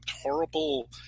horrible